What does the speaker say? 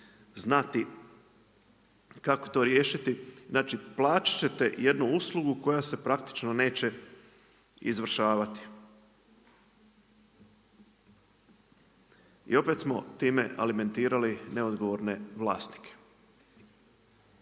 znati kako to riješiti. Znači plaćat ćete jednu uslugu koja se praktično neće izvršavati. I opet smo time alimentirali neodgovorne vlasnike.